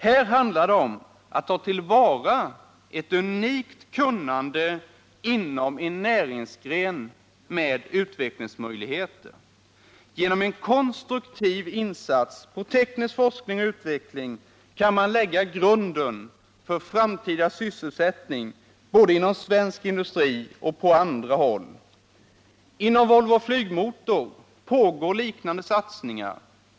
Här handlar det om att ta till vara ett unikt kunnande inom en näringsgren med utvecklingsmöjligheter. Genom en konstruktiv insats på teknisk forskning och utveckling kan man lägga grunden till framtida sysselsättning både inom svensk industri och på andra håll. Inom Volvo Flygmotor pågår liknande satsningar.